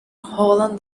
holland